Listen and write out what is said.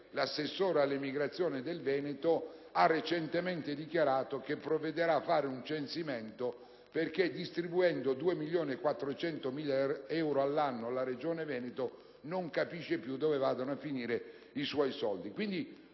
L'assessore all'emigrazione del Veneto ha recentemente dichiarato che provvederà a fare un censimento, perché, distribuendo 2,4 milioni di euro all'anno la Regione Veneto, non capisce più dove vadano a finire i suoi soldi.